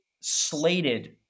slated